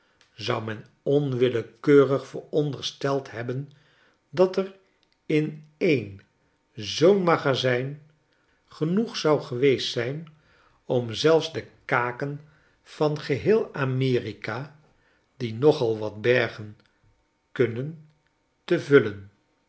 zou men onwillekeurig verondersteld hebben dat er in een zoo magazijn genoeg zou geweest zijn om zelfs de kaken van geheel amerika die nogal wat bergen kunnen te vullen